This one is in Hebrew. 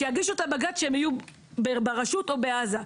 שיגישו את הבג"ץ כשהם יהיו ברשות או בעזה,